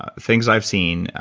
ah things i've seen,